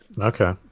Okay